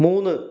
മൂന്ന്